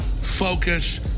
focus